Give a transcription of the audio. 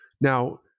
Now